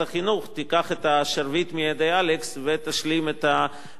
תיקח את השרביט מידי אלכס ותשלים את המלאכה,